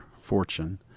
fortune